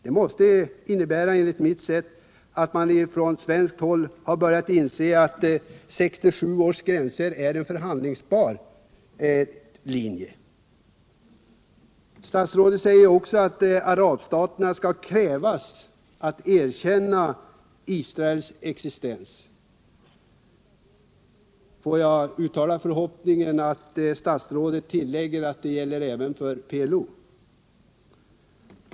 Det måste innebära, enligt mitt sätt att se, att man från svenskt håll har börjat inse att 1967 års gränser är en förhandlingsbar linje. Utrikesministern säger också att av arabstaterna skall krävas att de erkänner Israels existens. Får jag uttala förhoppningen att fru Söder tillägger att det gäller även för PLO?